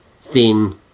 Thin